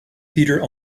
peter